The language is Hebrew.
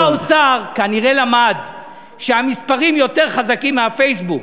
שר האוצר כנראה למד שהמספרים יותר חזקים מהפייסבוק,